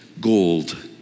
gold